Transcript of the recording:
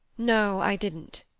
no i didn't.